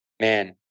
Man